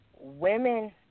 Women